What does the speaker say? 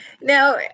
Now